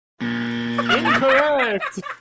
Incorrect